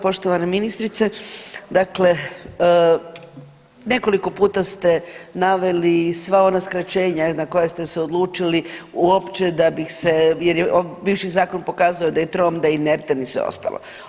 Poštovana ministrice, dakle nekoliko puta ste naveli sva ona skraćenja na koja ste se odlučili uopće da bi se jer je bivši zakon pokazao da je trom, da je inertan i sve ostalo.